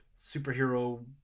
superhero